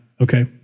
okay